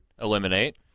eliminate